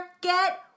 Get